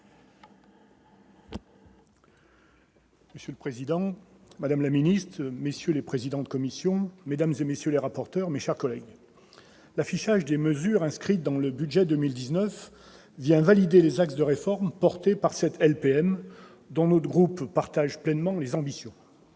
Monsieur le président, madame la ministre, messieurs les présidents de commission, mesdames, messieurs les rapporteurs, mes chers collègues, l'affichage des mesures inscrites dans le budget 2019 vient valider les axes de réforme portés par la loi de programmation militaire dont notre groupe partage pleinement les ambitions.